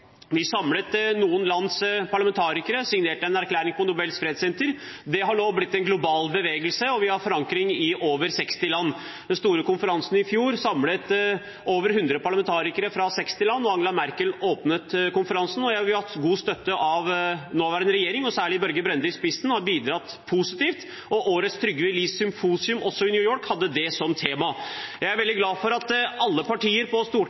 Vi samlet noen lands parlamentarikere, signerte en erklæring på Nobels Fredssenter. Det har nå blitt en global bevegelse, og vi har forankring i over 60 land. Den store konferansen i fjor samlet over 100 parlamentarikere fra 60 land, og Angela Merkel åpnet konferansen. Vi har hatt god støtte av nåværende regjering, som – med Børge Brende i spissen – har bidratt positivt, og årets Trygve Lie-symposium, også i New York, hadde dette som tema. Jeg er veldig glad for at alle partier i Stortinget har vært med i denne religionsfrihetsgruppen på Stortinget.